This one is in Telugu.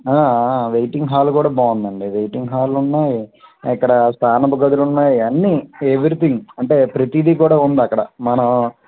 వెయిటింగ్ హాలు కూడా బాగుంది అండి వెయిటింగ్ హాలు ఉన్నాయి ఇక్కడ స్నానపు గదులు ఉన్నాయి అన్నీ ఎవ్రీథింగ్ అంటే ప్రతిది కూడా ఉంది అక్కడ మనం